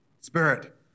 spirit